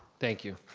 thank you.